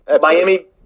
Miami